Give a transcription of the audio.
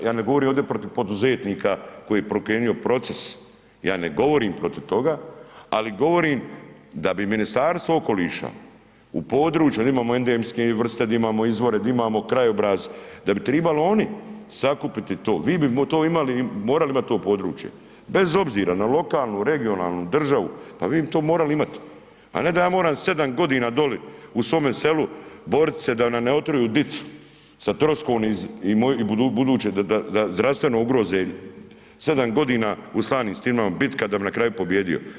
Ja ne govorim ovdje protiv poduzetnika koji je pokrenuo proces, ja ne govorim protiv toga, ali govorim da bi Ministarstvo okoliša u području gdje imamo endemske vrste, di imamo izvore, di imamo krajobraz da bi tribali oni sakupiti to, vi bi morali imati to područje, bez obzira na lokalnu, regionalnu, državu pa vi bi to morali imati, a ne da ja moram sedam godina doli u svome selu boriti se da nam ne otruju dicu sa troskom i zdravstveno ugroze sedam godina u Slanim … bitka da bi na kraju pobijedio.